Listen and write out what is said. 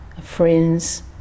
friends